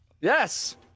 Yes